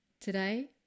Today